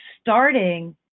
starting